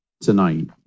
tonight